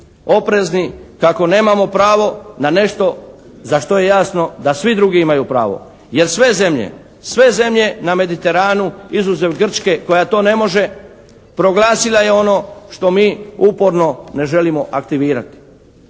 oprezni, kako nemamo pravo na nešto za što je jasno da svi drugi imaju pravo. Jer sve zemlje, sve zemlje na Mediteranu izuzev Grčke koja to ne može proglasila je ono što mi uporno ne želimo aktivirati.